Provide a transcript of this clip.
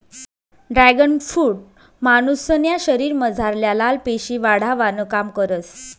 dragon fruit मानुसन्या शरीरमझारल्या लाल पेशी वाढावानं काम करस